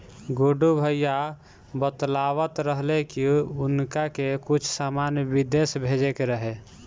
गुड्डू भैया बतलावत रहले की उनका के कुछ सामान बिदेश भेजे के रहे